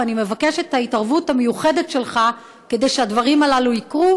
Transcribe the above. ואני מבקשת את ההתערבות המיוחדת שלך כדי שהדברים הללו יקרו,